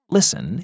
Listen